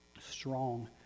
Strong